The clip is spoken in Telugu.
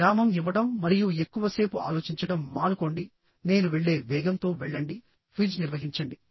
విరామం ఇవ్వడం మరియు ఎక్కువసేపు ఆలోచించడం మానుకోండి నేను వెళ్ళే వేగంతో వెళ్ళండి క్విజ్ నిర్వహించండి